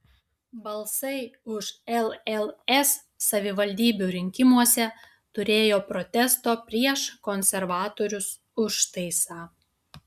balsai už lls savivaldybių rinkimuose turėjo protesto prieš konservatorius užtaisą